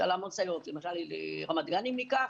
יש המון סייעות, למשל, רמת גן, אם ניקח,